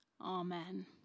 Amen